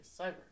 cyber